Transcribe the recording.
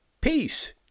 Peace